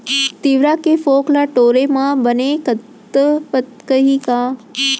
तिंवरा के फोंक ल टोरे म बने फदकही का?